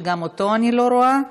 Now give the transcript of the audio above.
שגם אותו אני לא רואה.